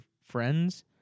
friends